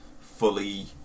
fully